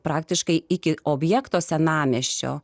praktiškai iki objekto senamiesčio